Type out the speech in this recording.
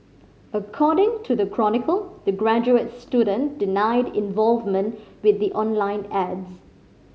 according to the Chronicle the graduate student denied involvement with the online ads